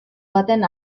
baten